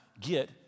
get